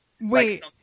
Wait